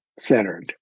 Centered